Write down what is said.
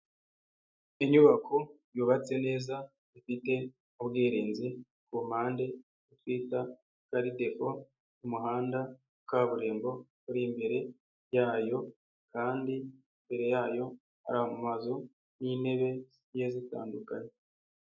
Inyubako, yubatse neza, ifite, ubwirinzi, ku mpande, twita, Garidefo, kumuhanda, wa kaburimbo, uri imbere, yayo, kandi, mbere yayo, hari amazu, n'intebe, zigiye zitandukanye.